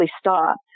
stopped